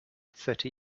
thirty